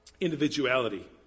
individuality